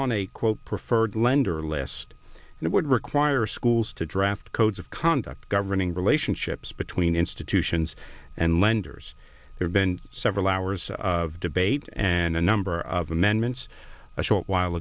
on a quote preferred lender last and it would require schools to draft codes of conduct governing relationships between institutions and lenders there's been several hours of debate and a number of amendments a short while